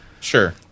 sure